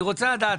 אני רוצה לדעת.